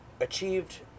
achieved